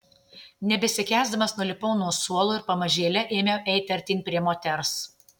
nebesikęsdamas nulipau nuo suolo ir pamažėle ėmiau eiti artyn prie moters